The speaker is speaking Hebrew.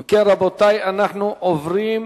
אם כן, רבותי, בעד,